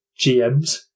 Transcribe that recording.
GMs